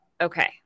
okay